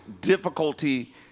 difficulty